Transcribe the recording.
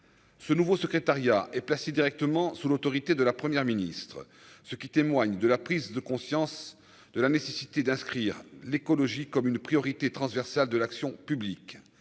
ce nouveau secrétariat et placée directement sous l'autorité de la Première ministre, ce qui témoigne de la prise de conscience de la nécessité d'inscrire l'écologie comme une priorité transversale de l'action publique,